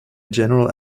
general